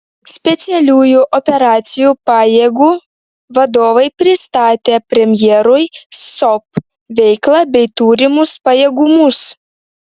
specialiųjų operacijų pajėgų vadovai pristatė premjerui sop veiklą bei turimus pajėgumus